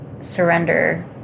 surrender